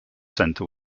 centre